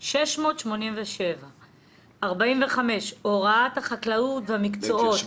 687. 45 הוראת החקלאות והמקצועות.